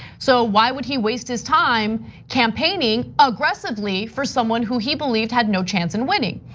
so why would he waste his time campaigning aggressively for someone who he believed had no chance in winning.